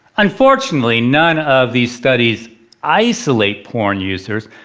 unfortunately, none of these studies isolate porn users,